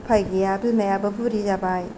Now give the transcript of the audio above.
उफाय गैया बिमायाबो बुरि जाबाय